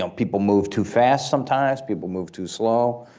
um people move too fast sometimes, people move too slow.